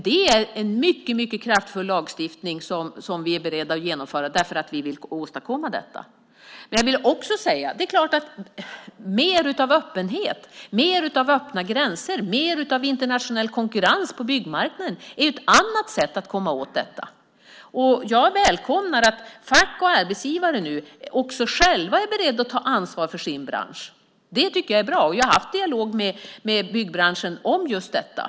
Det är en mycket kraftfull lagstiftning som vi är beredda att införa därför att vi vill åstadkomma detta. Det är klart att mer av öppenhet och öppna gränser och mer av internationell konkurrens på byggmarknaden är ett annat sätt att komma åt detta. Jag välkomnar att fack och arbetsgivare nu själva är beredda att ta ansvar för sin bransch. Det tycker jag är bra. Vi har haft dialog med byggbranschen om just detta.